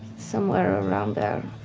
somewhere around there,